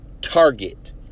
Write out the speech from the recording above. target